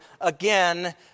again